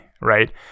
Right